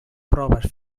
proves